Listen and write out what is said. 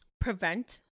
prevent